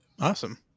Awesome